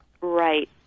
Right